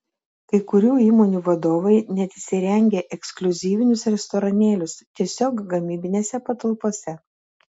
kai kurių įmonių vadovai net įsirengia ekskliuzyvinius restoranėlius tiesiog gamybinėse patalpose